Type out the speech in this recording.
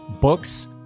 books